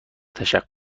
تشکر